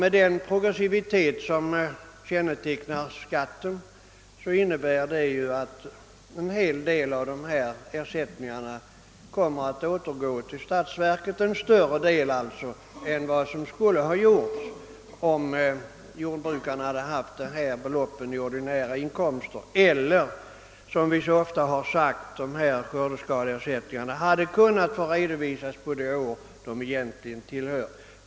Med den progressivitet som kännetecknar skatten kommer en hel del av dessa ersättningar att återgå till statsverket — alltså en större del än om jordbrukarna haft dessa belopp i ordinära inkomster eller, som vi så ofta föreslagit, dessa skördeskadeersättningar hade kunnat få redovisas på det år de egentligen gäller.